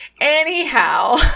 Anyhow